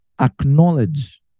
acknowledge